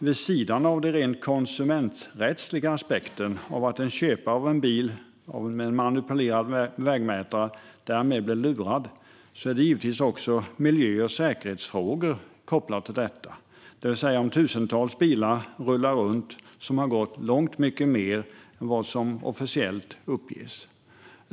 Vid sidan av den rent konsumenträttsliga aspekten av att en köpare av en bil med en manipulerad vägmätare därmed blir lurad, är givetvis också miljö och säkerhetsfrågor kopplade till denna fråga, det vill säga att tusentals bilar rullar runt som har gått långt mycket mer än vad som officiellt uppges.